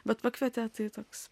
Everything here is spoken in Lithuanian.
bet pakvietė tai toks